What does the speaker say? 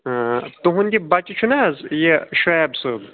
تُہُنٛد یہِ بَچہِ چھُنا حظ یہِ شُیب صٲب